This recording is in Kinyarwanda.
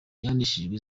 yahanishijwe